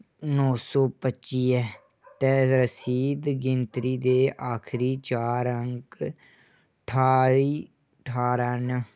नौ सौ पच्ची ऐ ते रसीद गिनतरी दे आखरी चार अंक ठाई ठारां न